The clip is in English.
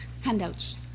handouts